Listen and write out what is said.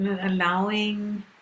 Allowing